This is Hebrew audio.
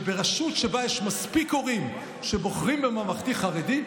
שברשות שבה יש מספיק הורים שבוחרים בממלכתי-חרדי,